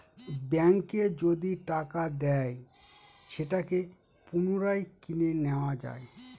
ব্যাঙ্কে যদি টাকা দেয় সেটাকে পুনরায় কিনে নেত্তয়া যায়